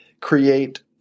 create